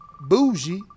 Bougie